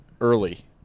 early